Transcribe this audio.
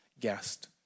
guest